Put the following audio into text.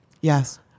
Yes